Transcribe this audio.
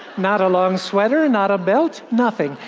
not a long sweater, and not a belt, nothing.